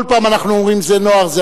כל פעם אנחנו אומרים "זה נוער זה?".